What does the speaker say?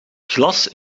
glas